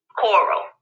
coral